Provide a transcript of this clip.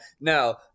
no